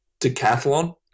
Decathlon